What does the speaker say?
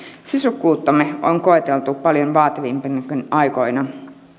sisukkuuttamme on koeteltu paljon vaativampinakin aikoina